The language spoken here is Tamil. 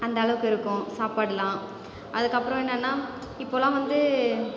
அந்த அளவுக்கு இருக்கும் சாப்பாடுலாம் அதுக்கப்புறம் என்னனால் இப்போல்லாம் வந்து